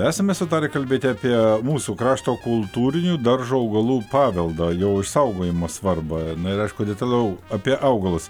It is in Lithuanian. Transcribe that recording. esame sutarę kalbėti apie mūsų krašto kultūrinių daržo augalų paveldą jo išsaugojimo svarbą na ir aišku detaliau apie augalus